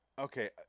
Okay